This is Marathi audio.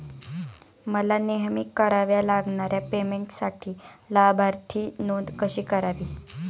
मला नेहमी कराव्या लागणाऱ्या पेमेंटसाठी लाभार्थी नोंद कशी करावी?